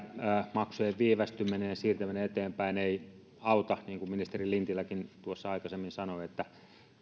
maksujen viivästyminen ja siirtäminen eteenpäin ei auta koska niin kuin ministeri lintiläkin tuossa aikaisemmin sanoi